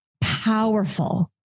powerful